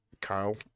kyle